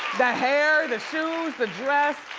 the hair, the shoes, the dress,